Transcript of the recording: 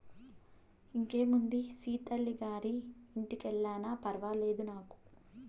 ఇంకేముందే సీతల్లి గారి ఇంటికెల్లినా ఫర్వాలేదు నాకు